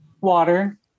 Water